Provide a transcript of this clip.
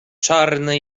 czarny